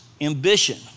ambition